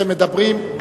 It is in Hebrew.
אתם מדברים.